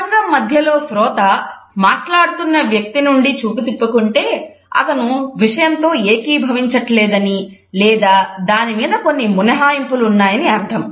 ప్రసంగం మధ్యలో శ్రోత మాట్లాడుతున్నవ్యక్తి నుండి చూపు తిప్పుకుంటే అతను విషయంతో ఏకీభవించట్లేదని లేదా దానిమీద కొన్ని మినహాయింపులు ఉన్నాయని అర్థం